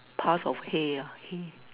parts of hue ah hue